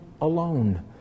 alone